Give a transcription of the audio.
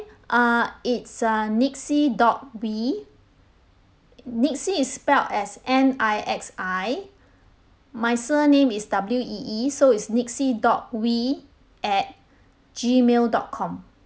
uh it's uh nixi dot wee nixi is spelled as N I X I my surname is W E E so it's nixi dot wee at gmail dot com